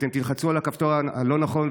אתם תלחצו על הכפתור הלא-נכון,